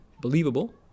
believable